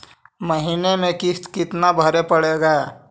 महीने में किस्त कितना भरें पड़ेगा?